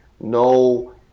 no